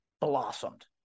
blossomed